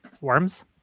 Worms